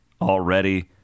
already